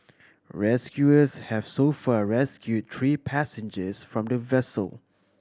rescuers have so far rescued three passengers from the vessel